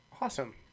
Awesome